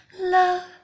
love